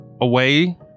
away